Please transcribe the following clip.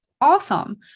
awesome